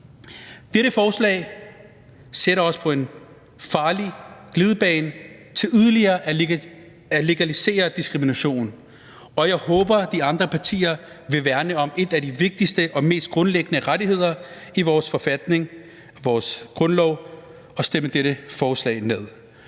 Dette forslag sætter os på en farlig glidebane til yderligere at legalisere diskrimination, og jeg håber, at de andre partier vil værne om en af de vigtigste og mest grundlæggende rettigheder i vores forfatning, vores grundlov, og stemme dette forslag ned.